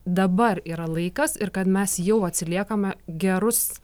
dabar yra laikas ir kad mes jau atsiliekame gerus